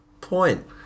point